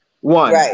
One